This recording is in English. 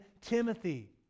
Timothy